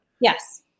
Yes